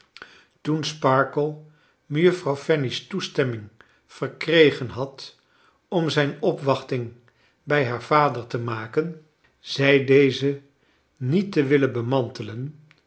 toen sparkler mejuffrouw eanny's toestemming verkregen had om zijn opwachting bij haar vader te maken zei deze niet te willen bemsuitelen